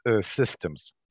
systems